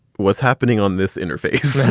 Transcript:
what's happening on this interface?